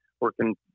working